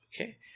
Okay